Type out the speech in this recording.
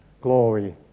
glory